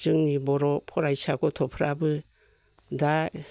जोंनि बर'फरायसा गथ'फ्राबो दा